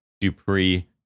Dupree